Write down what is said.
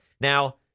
Now